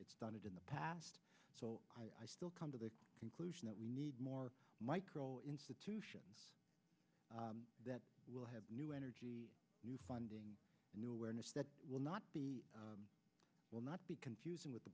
it's done it in the past so i still come to the conclusion that we need more micro institutions that will have new energy new funding new awareness that will not be will not be confusing with the